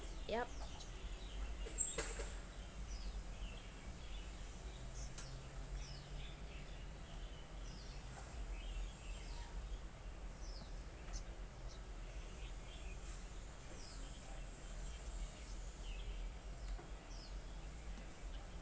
yup